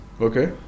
Okay